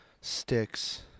sticks